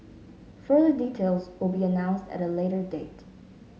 further details will be announced at a later date